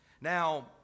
Now